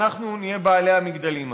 אנחנו נהיה בעלי המגדלים האלה.